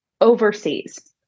overseas